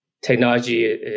technology